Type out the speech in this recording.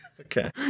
Okay